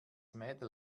mädel